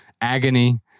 agony